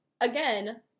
again